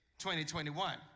2021